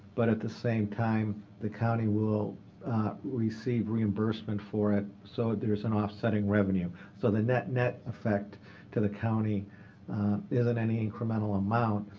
but at the same time, the county will receive reimbursement for it. so there is an offsetting revenue. so the net net effect to the county isn't any incremental amount,